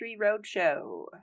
Roadshow